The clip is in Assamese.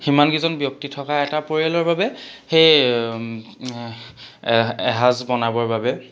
সিমানকেইজন ব্যক্তি থকা এটা পৰিয়ালৰ বাবে সেই এ এসাঁজ বনাবৰ বাবে